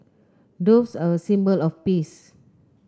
doves are a symbol of peace